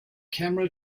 camera